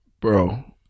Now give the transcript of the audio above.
bro